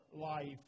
life